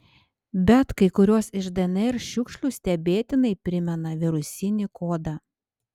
bet kai kurios iš dnr šiukšlių stebėtinai primena virusinį kodą